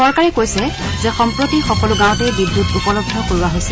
চৰকাৰে কৈছে যে সম্প্ৰতি সকলো গাঁৱতেই বিদ্যুৎ উপলব্ধ কৰোৱা হৈছে